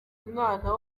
umwana